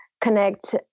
connect